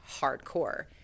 hardcore